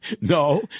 No